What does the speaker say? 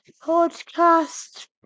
podcast